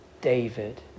David